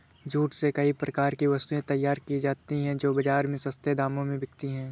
jute से कई प्रकार की वस्तुएं तैयार की जाती हैं जो बाजार में सस्ते दामों में बिकती है